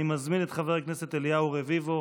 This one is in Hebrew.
אני מזמין את חבר הכנסת אליהו רביבו